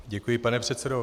Děkuji, pane předsedo.